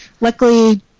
luckily